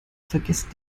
vergessen